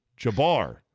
Jabbar